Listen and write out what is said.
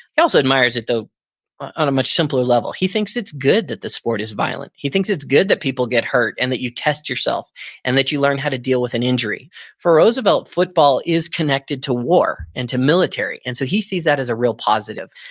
he also admires it though on a much simpler level. he thinks it's good that the sport is violent. he thinks it's good that people get hurt, and that you test yourself and that you learn how to deal with an injury for roosevelt, football is connected to war and to military, and so he sees that as a real positive.